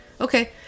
Okay